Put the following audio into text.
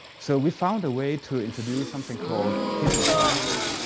so we found a way to introduce something called hidden classes.